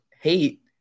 hate